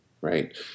right